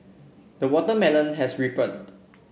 the watermelon has ripened